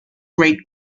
great